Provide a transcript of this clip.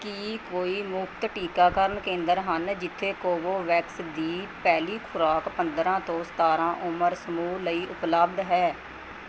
ਕੀ ਕੋਈ ਮੁਫ਼ਤ ਟੀਕਾਕਰਨ ਕੇਂਦਰ ਹਨ ਜਿੱਥੇ ਕੋਵੋਵੈਕਸ ਦੀ ਪਹਿਲੀ ਖੁਰਾਕ ਪੰਦਰ੍ਹਾਂ ਤੋਂ ਸਤਾਰ੍ਹਾਂ ਉਮਰ ਸਮੂਹ ਲਈ ਉਪਲਬਧ ਹੈ